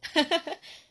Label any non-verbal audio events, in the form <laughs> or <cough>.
<laughs>